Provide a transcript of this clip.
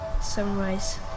sunrise